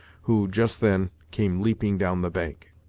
who, just then, came leaping down the bank.